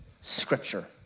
scripture